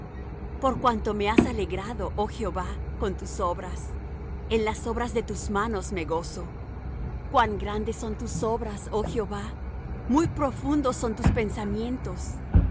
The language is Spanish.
por cuanto me has alegrado oh jehová con tus obras en las obras de tus manos me gozo cuán grandes son tus obras oh jehová muy profundos son tus pensamientos el